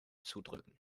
zudrücken